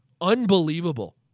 Unbelievable